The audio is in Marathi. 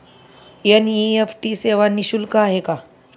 एन.इ.एफ.टी सेवा निःशुल्क आहे का?